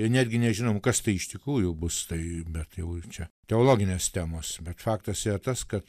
netgi nežinom kas tai iš tikrųjų bus tai bet jau čia teologinės temos bet faktas yra tas kad